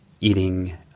eating